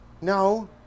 No